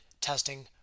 testing